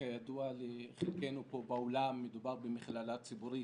שכידוע לחלקנו פה באולם מדובר במכללה ציבורית,